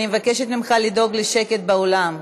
אני מבקשת ממך לדאוג לשקט באולם.